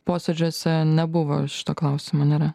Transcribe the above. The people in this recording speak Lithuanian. posėdžiuose nebuvo šito klausimo nėra